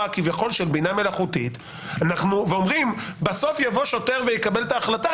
כביכול של בינה מלאכותית ואומרים: בסוף יבוא שוטר ויקבל את ההחלטה,